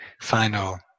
final